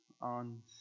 on